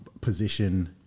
position